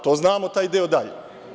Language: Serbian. To znamo, taj deo dalje.